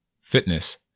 fitness